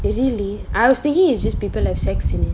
really I was thinking it's just people have sex in it